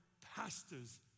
pastors